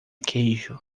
queijo